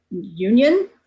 union